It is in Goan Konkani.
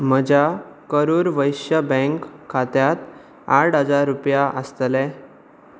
म्हज्या करूर वैश्य बँक खात्यांत आठ हजार रुपया आसतले